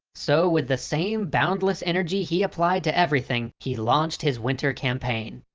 so with the same boundless energy he applied to everything, he launched his winter campaign.